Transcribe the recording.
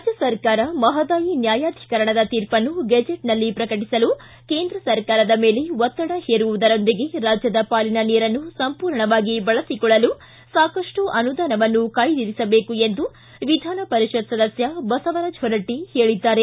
ರಾಜ್ಯ ಸರ್ಕಾರ ಮಹದಾಯಿ ನ್ಹಾಯಾಧೀಕರಣದ ತೀರ್ಪನ್ನು ಗೆಜೆಟ್ನಲ್ಲಿ ಪ್ರಕಟಸಲು ಕೇಂದ್ರ ಸರ್ಕಾರದ ಮೇಲೆ ಒತ್ತಡ ಹೇರುವುದರೊಂದಿಗೆ ರಾಜ್ಯದ ಪಾಲಿನ ನೀರನ್ನು ಸಂಪೂರ್ಣವಾಗಿ ಬಳಸಿಕೊಳ್ಳಲು ಸಾಕಷ್ಟು ಅನುದಾನವನ್ನು ಕಾಯ್ದಿರಿಸಬೇಕು ಎಂದು ವಿಧಾನಪರಿಷತ್ ಸದಸ್ಯ ಬಸವರಾಜ್ ಹೊರಟ್ಟ ಹೇಳಿದ್ದಾರೆ